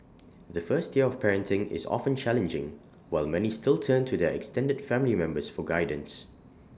the first year of parenting is often challenging while many still turn to their extended family members for guidance